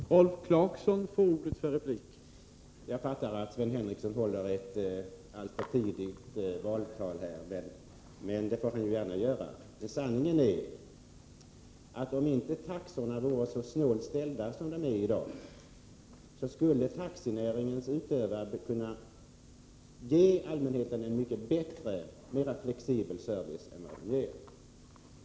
Herr talman! Som jag fattar det håller Sven Henricsson ett alltför tidigt valtal, men det får han gärna göra. Sanningen är att om inte taxorna vore så snålt tilltagna som de är i dag skulle taxinäringens utövare kunna ge allmänheten en mycket bättre och mera flexibel service än de gör.